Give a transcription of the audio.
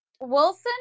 wilson